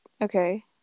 Okay